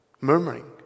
Murmuring